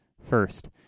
First